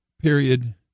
period